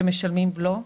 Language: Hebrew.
שעליהם משלמים בלו.